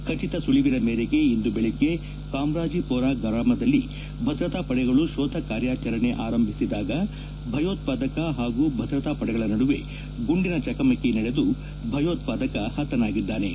ಖಚಿತ ಸುಳಿವಿನ ಮೇರೆಗೆ ಇಂದು ಬೆಳಿಗ್ಗೆ ಕಾಮ್ರಾಜಿಪೋರಾ ಗ್ರಾಮದಲ್ಲಿ ಭದ್ರತಾ ಪಡೆಗಳು ಶೋಧ ಕಾರ್ಯಾಚರಣೆ ಆರಂಭಿಸಿದಾಗ ಭಯೋತ್ಪಾದಕ ಹಾಗೂ ಭದ್ರತಾ ಪಡೆಗಳ ನಡುವೆ ಗುಂಡಿನ ಚಕಮಕಿ ನಡೆದು ಭಯೋತ್ಪಾದಕ ಹತನಾಗಿದ್ದಾನೆ